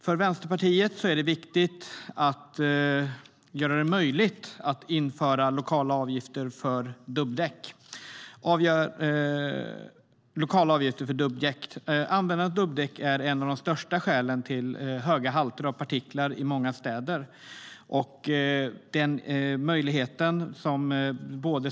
För Vänsterpartiet är det viktigt att göra det möjligt att införa lokala avgifter för dubbdäck. Användandet av dubbdäck är en av de största orsakerna till höga halter av partiklar i många städer.